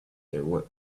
their